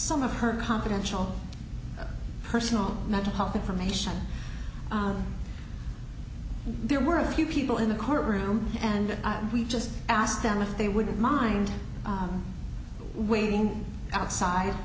some of her confidential personal mental health information out there were a few people in the courtroom and we just asked them if they wouldn't mind waiting outside